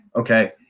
okay